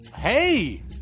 Hey